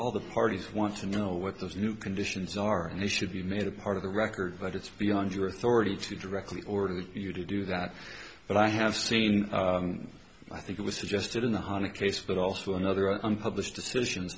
all the parties want to know what those new conditions are and they should be made a part of the record but it's beyond your authority to directly ordered you to do that but i have seen i think it was suggested in the honey case but also another unpublished decision